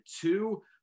two